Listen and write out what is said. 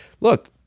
look